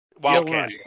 Wildcat